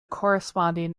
corresponding